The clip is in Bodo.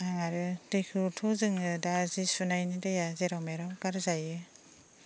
आं आरो दैखौथ' जोङो दा जि सुनायनि दैया जेराव मेराव गारजायो